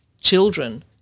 children